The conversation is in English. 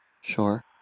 Sure